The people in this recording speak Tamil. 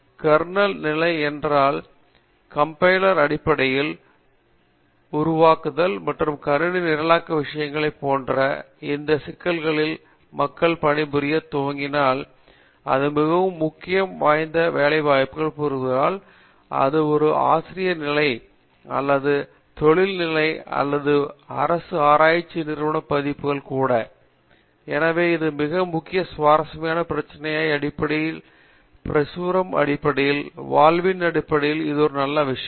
கர்னல் நிலை மற்றும் கம்பைலர் அடிப்படையில் உகந்ததாக்குதல் மற்றும் கணினி நிரலாக்க விஷயங்களைப் போன்ற இந்த வகை சிக்கல்களில் மக்கள் பணிபுரியத் துவங்கினால் அது மிகவும் முக்கிய ஆராய்ச்சி வேலைகளில் போவதால் அது ஒரு ஆசிரிய நிலை அல்லது தொழில் நிலை அல்லது ஒரு அரசு ஆராய்ச்சி நிறுவன பதிப்புகள் கூட எனவே இது மிக மிக சுவாரஸ்யமான பிரச்சனையாக ஆராய்ச்சி அடிப்படையில் பிரசுரம் அடிப்படையில் வாழ்வின் அடிப்படையில் இது ஒரு நல்ல விஷயம்